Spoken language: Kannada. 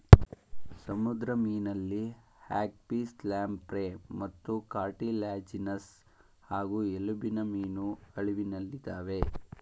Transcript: ಸಮುದ್ರ ಮೀನಲ್ಲಿ ಹ್ಯಾಗ್ಫಿಶ್ಲ್ಯಾಂಪ್ರೇಮತ್ತುಕಾರ್ಟಿಲ್ಯಾಜಿನಸ್ ಹಾಗೂ ಎಲುಬಿನಮೀನು ಅಳಿವಿನಲ್ಲಿದಾವೆ